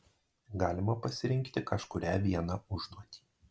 galima pasirinkti kažkurią vieną užduotį